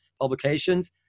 publications